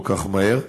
כל כך מהר,